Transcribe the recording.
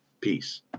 Peace